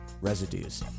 residues